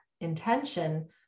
intention